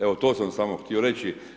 Evo, to sam samo htio reći.